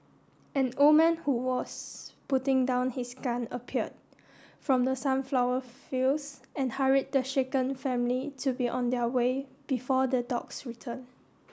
an old man who was putting down his gun appeared from the sunflower fields and hurried the shaken family to be on their way before the dogs return